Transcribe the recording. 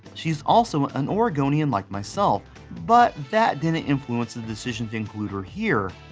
she's also an oregonian like myself but that didn't influence the decision to include her here.